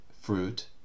fruit